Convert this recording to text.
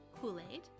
Kool-Aid